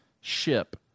ship